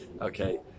Okay